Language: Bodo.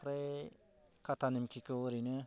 ओमफ्राय खाथा निमखिखौ ओरैनो